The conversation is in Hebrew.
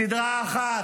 "סדרה אחת",